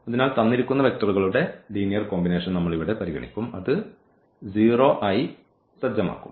അതിനാൽ തന്നിരിക്കുന്ന വെക്റ്ററുകളുടെ ലീനിയർ കോമ്പിനേഷൻ നമ്മൾ ഇവിടെ പരിഗണിക്കും അത് 0 ആയി സജ്ജമാക്കും